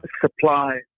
supply